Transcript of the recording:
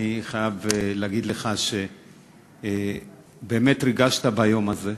אני חייב להגיד לך שבאמת ריגשת ביום הזה.